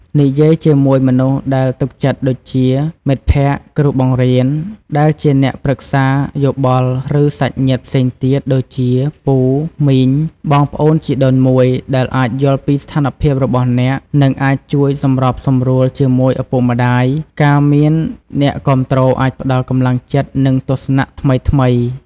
និយាយជាមួយមនុស្សដែលទុកចិត្តដូចជា មិត្តភក្តិ គ្រូបង្រៀន ដែលជាអ្នកប្រឹក្សាយោបល់ ឬ សាច់ញាតិផ្សេងទៀត ដូចជាពូ មីង បងប្អូនជីដូនមួយ ដែលអាចយល់ពីស្ថានភាពរបស់អ្នក និងអាចជួយសម្របសម្រួលជាមួយឪពុកម្ដាយ ការមានអ្នកគាំទ្រអាចផ្ដល់កម្លាំងចិត្ត និងទស្សនៈថ្មីៗ។